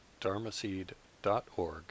dharmaseed.org